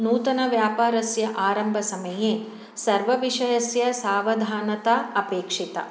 नूतनव्यापारस्य आरम्भसमये सर्वविषयस्य सावधानता अपेक्षिता